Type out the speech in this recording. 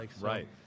right